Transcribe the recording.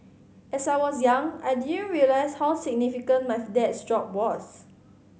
as I was young I didn't realise how significant my dad's job was